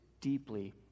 deeply